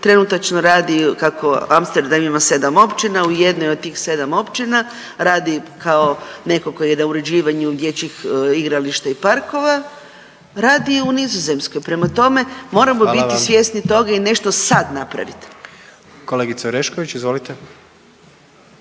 trenutačno radi, kako Amsterdam ima 7 općina, u jednoj od tih 7 općina radi kao neko ko je na uređivanju dječjih igrališta i parkova, radi u Nizozemskoj. Prema tome, moramo biti…/Upadica predsjednik: Hvala vam/…svjesni toga